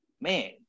man